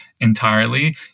Entirely